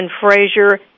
Frazier